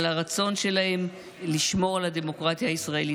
על הרצון שלהם לשמור על הדמוקרטיה הישראלית,